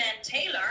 Taylor